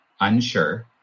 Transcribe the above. unsure